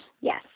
Yes